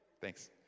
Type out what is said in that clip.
Thanks